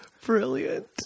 Brilliant